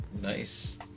Nice